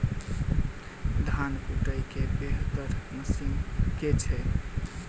धान कुटय केँ बेहतर मशीन केँ छै?